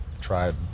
tried